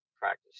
practice